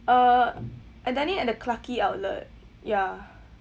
uh I dine in at the clarke quay outlet ya